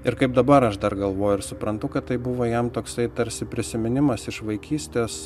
ir kaip dabar aš dar galvoju ir suprantu kad tai buvo jam toksai tarsi prisiminimas iš vaikystės